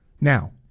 Now